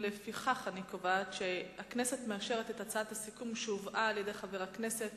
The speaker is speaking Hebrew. לפיכך אני קובעת שהכנסת מאשרת את הצעת הסיכום שהובאה על-ידי חבר הכנסת